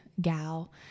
gal